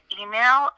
email